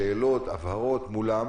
שאלות והבהרות מולם,